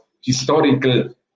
historical